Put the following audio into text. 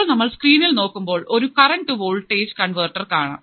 ഇപ്പോൾ നമ്മൾ സ്ക്രീനിൽ നോക്കുമ്പോൾ ഒരു കറൻറ് ടു വോൾട്ടേജ് കൺവെർട്ടർ കാണാം